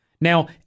Now